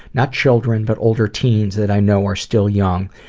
not children, but older teens that i know are still young.